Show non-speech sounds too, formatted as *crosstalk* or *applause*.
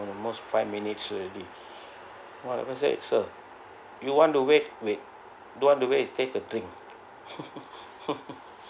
almost five minutes already while they said sir you want to wait wait don't want to wait you take a drink *laughs*